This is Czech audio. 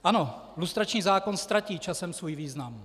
Ano, lustrační zákon ztratí časem svůj význam.